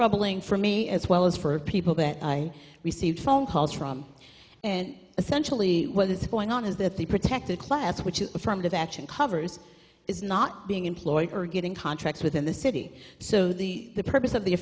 troubling for me as well as for people that i received phone calls from and essentially what is going on is that the protected class which is affirmative action covers is not being employed or getting contracts within the city so the the purpose of the